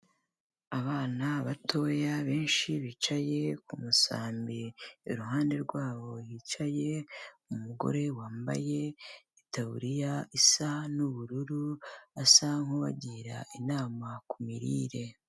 Abana batoya benshi bicaye ku kumusambi, iruhande rwabo hicaye umugore wambaye itaburiya isa nubururu, asa nk'ubagira inama ku mirire.